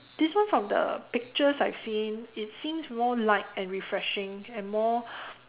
this one from the pictures I've seen it seems more light and refreshing and more